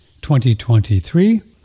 2023